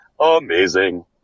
amazing